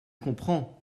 comprends